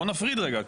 בואו נפריד רגע.